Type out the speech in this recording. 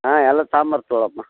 ಹಾಂ ಎಲ್ಲ ತೊಗೊಂ ಬರ್ತೀವಮ್ಮ